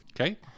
Okay